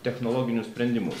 technologinius sprendimus